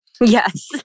yes